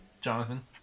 Jonathan